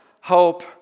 hope